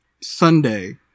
Sunday